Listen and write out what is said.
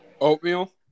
oatmeal